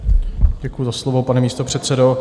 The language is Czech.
Děkuji za slovo, pane místopředsedo.